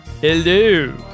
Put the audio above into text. hello